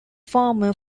farmer